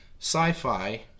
sci-fi